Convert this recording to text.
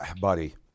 Buddy